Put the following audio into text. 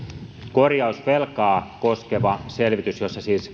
korjausvelkaa koskeva selvitys jossa siis